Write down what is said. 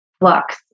flux